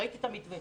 ראיתי את המתווה.